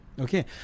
Okay